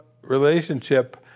relationship